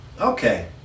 Okay